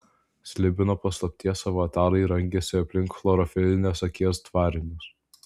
slibino paslapties avatarai rangėsi aplink chlorofilinės akies tvarinius